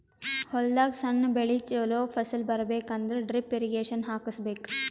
ಹೊಲದಾಗ್ ಸಣ್ಣ ಬೆಳಿ ಚೊಲೋ ಫಸಲ್ ಬರಬೇಕ್ ಅಂದ್ರ ಡ್ರಿಪ್ ಇರ್ರೀಗೇಷನ್ ಹಾಕಿಸ್ಬೇಕ್